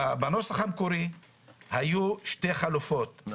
בנוסח המקורי היו שתי חלופות,